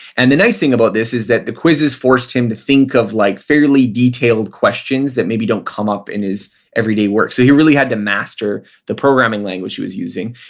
and the nice thing about this is that the quizzes forced him to think of like fairly detailed questions that maybe don't come up in his everyday work. so he really had to master the programming language he was using.